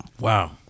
Wow